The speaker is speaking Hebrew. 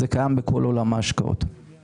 וזה דבר